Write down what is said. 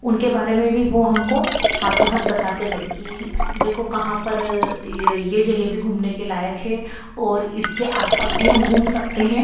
उनके बारे में भी वो हमको हाथों हाथ बताते गए कि देखो कहाँ पर या ये जगह भी घूमने के लायक है और इसके आसपास भी हम घूम सकते है